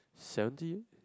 seventeen